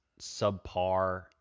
subpar